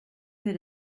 that